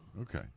Okay